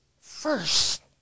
First